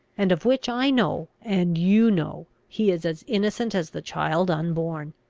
and of which i know, and you know, he is as innocent as the child unborn?